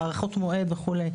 הארכות מועד וכולי,